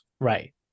Right